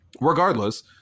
Regardless